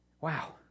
Wow